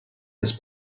his